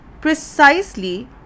precisely